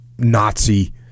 Nazi